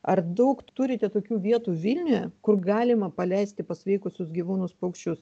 ar daug turite tokių vietų vilniuje kur galima paleisti pasveikusius gyvūnus paukščius